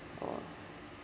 for